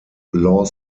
law